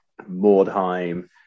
Mordheim